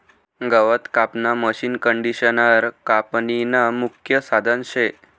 गवत कापानं मशीनकंडिशनर कापनीनं मुख्य साधन शे